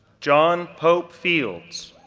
john pope fields,